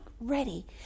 ready